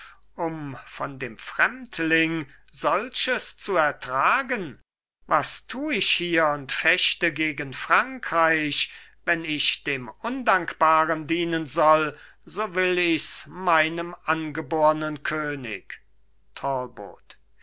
um von dem fremdling solches zu ertragen was tu ich hier und fechte gegen frankreich wenn ich dem undankbaren dienen soll so will ichs meinem angebornen könig